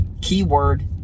keyword